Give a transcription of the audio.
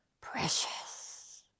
precious